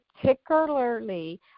particularly